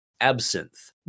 absinthe